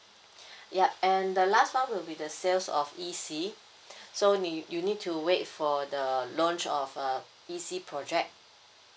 yup and the last one will be the sales of E_C so ni you need to wait for the launch of a E_C project